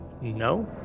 No